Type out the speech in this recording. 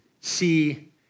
see